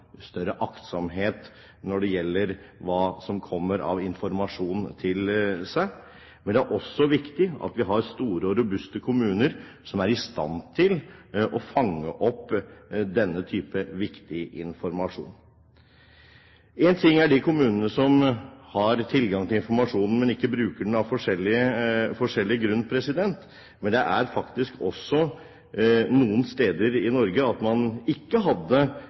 større aktsomhet når det gjelder hva som kommer av informasjon, men det er også viktig at vi har store og robuste kommuner som er i stand til å fange opp denne type viktig informasjon. En ting er de kommunene som har tilgang til informasjonen, men ikke bruker den av forskjellige grunner. Det er faktisk også noen steder i Norge hvor man ikke hadde